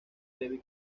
david